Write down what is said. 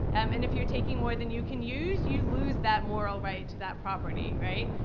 um and if you're taking more than you can use, you lose that moral right to that property, right?